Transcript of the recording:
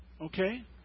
Okay